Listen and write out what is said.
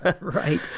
Right